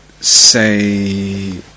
say